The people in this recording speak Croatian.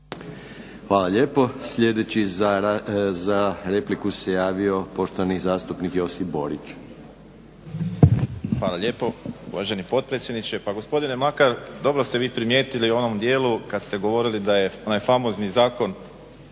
Hvala lijepo. Sljedeći za repliku se javio poštovani zastupnik Josip Borić. **Borić, Josip (HDZ)** Hvala lijepo uvaženi potpredsjedniče. Pa gospodine Mlakar dobro ste vi primijetili u onom dijelu kad ste govorili da je onaj famozni zakon